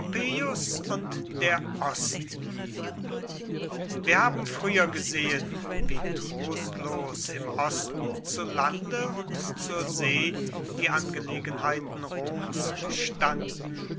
und der osten wir haben früher gesehen wie trostlos im osten zu lande und zur see die angelegenheiten roms standen